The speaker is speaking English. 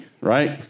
right